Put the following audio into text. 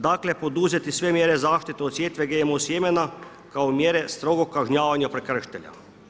Dakle, poduzeti sve mjere zaštite od sjetve GMO sjemena kao mjere strogog kažnjavanja prekršitelja.